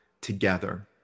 together